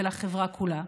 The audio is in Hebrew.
ולחברה כולה.